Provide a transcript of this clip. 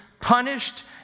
punished